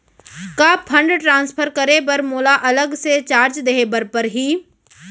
का fund transfer करे बर मोला अलग से चार्ज देहे बर परही?